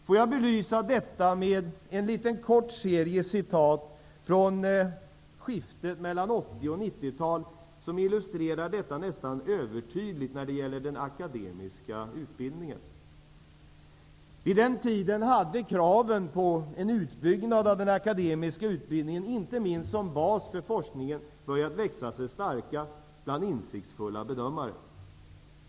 Får jag belysa detta med en liten kort serie referat från skiftet mellan 80-tal och 90-tal vilka nästan övertydligt illustrerar detta när det gäller den akademiska utbildningen. Vid den tiden hade kraven på utbyggnad av den akademiska utbildningen, inte minst som bas för forskningen, börjat växa sig starka bland insiktsfulla bedömare.